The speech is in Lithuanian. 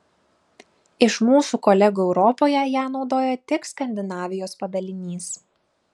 iš mūsų kolegų europoje ją naudoja tik skandinavijos padalinys